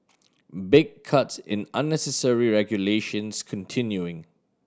big cuts in unnecessary regulations continuing